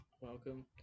Welcome